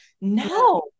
No